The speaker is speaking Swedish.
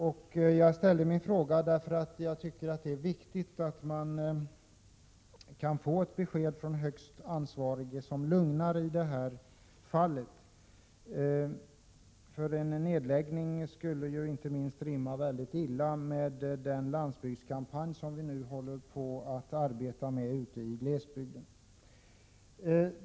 Jag har ställt den här frågan därför att det är viktigt att i det här fallet få ett besked från högste ansvarige som lugnar. Nedläggning av skolor skulle rimma illa inte minst med den landsbygdskampanj som vi nu arbetar med i glesbygden.